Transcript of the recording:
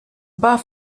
bath